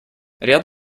ряд